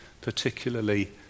particularly